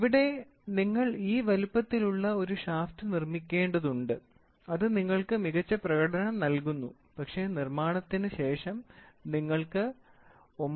ഇവിടെ നിങ്ങൾ ഈ വലുപ്പത്തിലുള്ള ഒരു ഷാഫ്റ്റ് നിർമ്മിക്കേണ്ടതുണ്ട് അത് നിങ്ങൾക്ക് മികച്ച പ്രകടനം നൽകുന്നു പക്ഷേ നിർമ്മാണത്തിന് ശേഷം നിങ്ങൾക്ക് 9